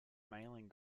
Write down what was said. mailing